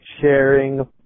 sharing